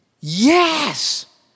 Yes